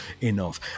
enough